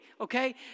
okay